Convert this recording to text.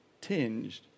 tinged